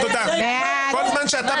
בבקשה.